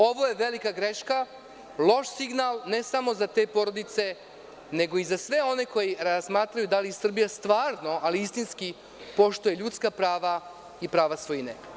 Ovo je velika greška, loš signal, ne samo za te porodice, nego i za sve one koji razmatraju da li Srbija stvarno, ali istinski poštuje ljudska prava i prava svojine.